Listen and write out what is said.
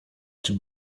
czy